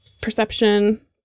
perception